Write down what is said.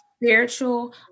spiritual